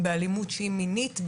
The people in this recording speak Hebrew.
אלימות מינית,